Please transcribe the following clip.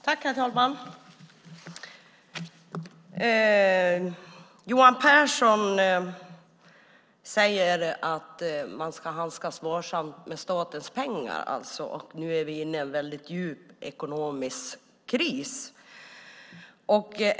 Herr talman! Johan Pehrson säger att man ska handskas varsamt med statens pengar. Nu är vi inne i en djup ekonomisk kris.